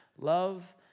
Love